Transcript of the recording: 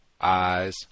eyes